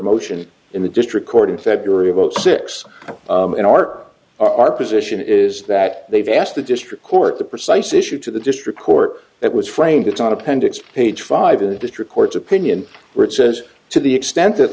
motion in the district court in february of zero six in art our position is that they've asked the district court the precise issue to the district court that was framed this on appendix page five of the district court's opinion where it says to the extent that